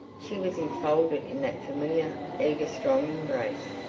she was enfolded in that familiar, eager, strong embrace.